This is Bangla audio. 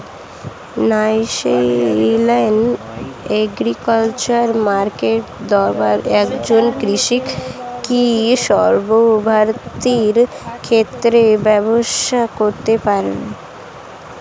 ন্যাশনাল এগ্রিকালচার মার্কেট দ্বারা একজন কৃষক কি সর্বভারতীয় ক্ষেত্রে ব্যবসা করতে পারে?